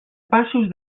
passos